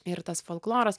ir tas folkloras